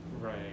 right